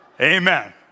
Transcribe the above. Amen